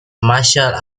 marshall